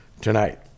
tonight